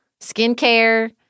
skincare